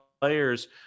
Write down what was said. players